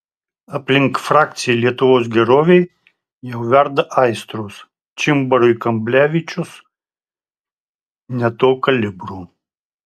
aplink frakciją lietuvos gerovei jau verda aistros čimbarui kamblevičius ne to kalibro